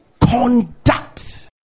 conduct